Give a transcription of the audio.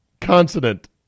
consonant